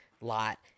lot